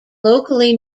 locally